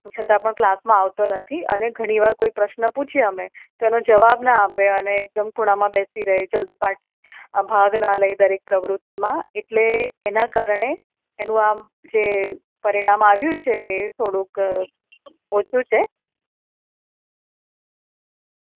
છતાં પણ ક્લાસમાં આવતો નથી અને ઘણીવાર કોઈ પ્રશ્ન પૂછીએ અમે તો એનો જવાબ ન આપે અને એકદમ ખૂણામાં બેસી રહે છે જલ્દી પાર્ટી ભાગ ન લે દરેક પ્રવૃત્તિમાં એટલે એના કારણે એનું આમ જે પરિણામ આવ્યું છે એ થોડુંક ઓછું છે